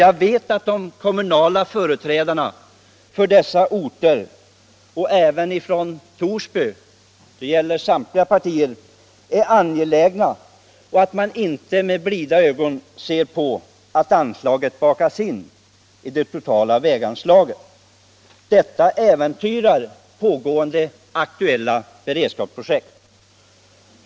Jag vet att de kommunala företrädarna för dessa orter och även företrädarna för Torsby — det gäller samtliga partier — är angelägna om den här ordningen och inte med blida ögon ser på att anslaget bakas in i det totala väganslaget. Detta skulle äventyra pågående aktuella beredskapsprojekt.